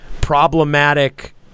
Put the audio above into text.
problematic